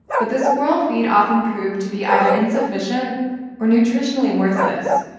but the squirrel feed often proved to be either insufficient or nutritionally worthless,